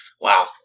Wow